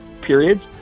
periods